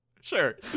Sure